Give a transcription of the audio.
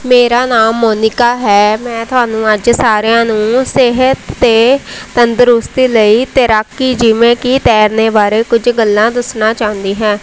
ਮੇਰਾ ਨਾਮ ਮੋਨੀਕਾ ਹੈ ਮੈਂ ਤੁਹਾਨੂੰ ਅੱਜ ਸਾਰਿਆਂ ਨੂੰ ਸਿਹਤ ਅਤੇ ਤੰਦਰੁਸਤੀ ਲਈ ਤੈਰਾਕੀ ਜਿਵੇਂ ਕਿ ਤੈਰਨੇ ਬਾਰੇ ਕੁਝ ਗੱਲਾਂ ਦੱਸਣਾ ਚਾਹੁੰਦੀ ਹੈ